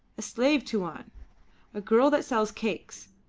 a slave, tuan! a girl that sells cakes,